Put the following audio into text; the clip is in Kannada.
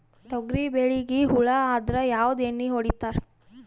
ತೊಗರಿಬೇಳಿಗಿ ಹುಳ ಆದರ ಯಾವದ ಎಣ್ಣಿ ಹೊಡಿತ್ತಾರ?